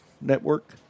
network